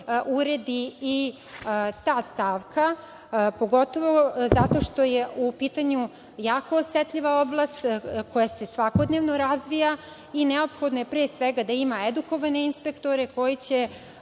uredi i ta stavka, pogotovo zato što je u pitanju jako osetljiva oblast koja se svakodnevno razvija i neophodno je pre svega da ima edukovane inspektore koji će